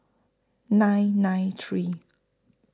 nine nine three